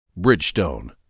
Bridgestone